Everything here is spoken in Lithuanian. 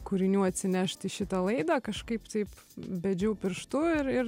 kūrinių atsinešt į šitą laidą kažkaip taip bedžiau pirštu ir ir